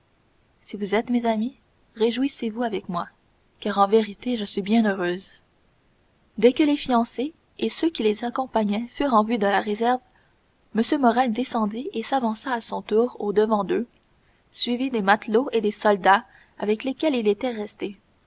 si vous êtes mes amis réjouissez-vous avec moi car en vérité je suis bien heureuse dès que les fiancés et ceux qui les accompagnaient furent en vue de la réserve m morrel descendit et s'avança à son tour au-devant d'eux suivi des matelots et des soldats avec lesquels il était resté